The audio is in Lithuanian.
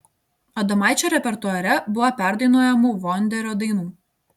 adomaičio repertuare buvo perdainuojamų vonderio dainų